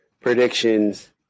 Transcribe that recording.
predictions